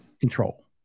Control